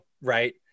Right